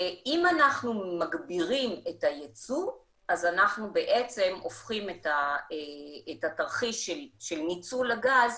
אם אנחנו מגבירים את היצוא אז אנחנו הופכים את התרחיש של ניצול הגז